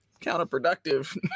counterproductive